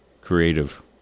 creative